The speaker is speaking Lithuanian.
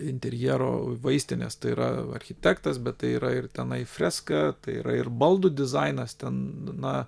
interjero vaistinės tai yra architektas bet tai yra ir tenai freska tai yra ir baldų dizainas ten na